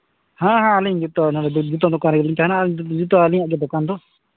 ᱦᱮᱸ ᱦᱮᱸ ᱟᱹᱞᱤᱧ ᱜᱮᱛᱚ ᱱᱚᱸᱰᱮ ᱡᱩᱛᱟᱹ ᱫᱚᱠᱟᱱ ᱨᱮᱞᱤᱧ ᱛᱟᱦᱮᱱᱟ ᱡᱩᱛᱟᱹ ᱟᱹᱞᱤᱧᱟᱜ ᱜᱮ ᱫᱚᱠᱟᱱ ᱫᱚ